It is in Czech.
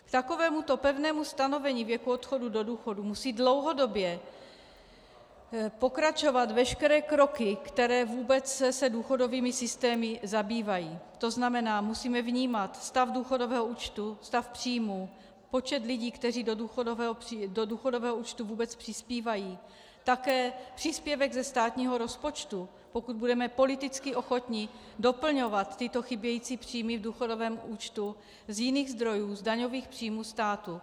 K takovémuto pevnému stanovení věku odchodu do důchodu musí dlouhodobě pokračovat veškeré kroky, které vůbec se důchodovými systémy zabývají, tzn. musíme vnímat stav důchodového účtu, stav příjmů, počet lidí, kteří do důchodového účtu vůbec přispívají, také příspěvek ze státního rozpočtu, pokud budeme politicky doplňovat tyto chybějící příjmy v důchodovém účtu z jiných zdrojů, z daňových příjmů státu.